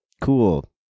Cool